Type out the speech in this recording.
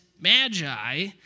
magi